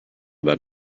that